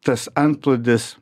tas antplūdis